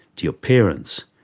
to your parents,